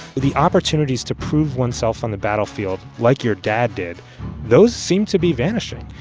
the opportunities to prove oneself on the battlefield like your dad did those seem to be vanishing.